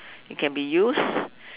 it can be used